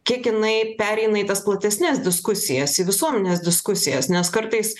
kiek jinai pereina į platesnes diskusijas į visuomenės diskusijas nes kartais